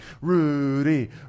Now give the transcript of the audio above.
Rudy